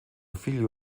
filho